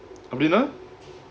அப்பிடினா:appidinaa